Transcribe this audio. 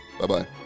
Bye-bye